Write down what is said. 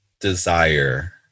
Desire